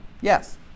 Yes